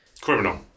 Criminal